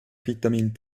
vitamin